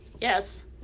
yes